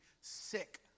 sick